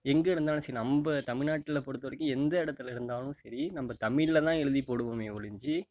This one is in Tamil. எங்கே இருந்தாலும் சரி நம்ம தமிழ்நாட்டில் பொறுத்தவரைக்கும் எந்த இடத்துல இருந்தாலும் சரி நம்ம தமிழில் தான் எழுதி போடுவோமே ஒழிஞ்சி